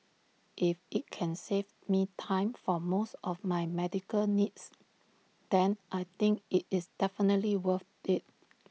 if IT can save me time for most of my medical needs then I think IT is definitely worth IT